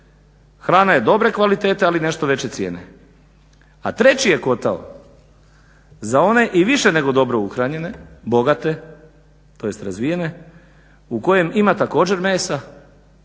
hrana je dobre kvalitete, ali nešto veće cijene. A treći je kotao za one i više nego dobro uhranjene, bogate, tj. razvijene u kojem ima također mesa